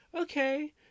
okay